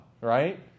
right